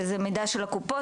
וזה מידע של הקופות.